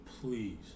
please